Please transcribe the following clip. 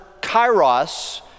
kairos